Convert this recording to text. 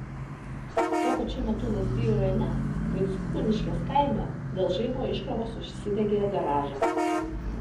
tuo pačiu metu lazdijų rajone vaickūniškės kaime dėl žaibo iškrovos užsidegė garažas